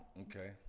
Okay